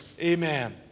Amen